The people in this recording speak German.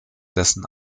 dessen